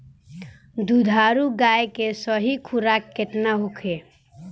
दुधारू गाय के सही खुराक केतना होखे?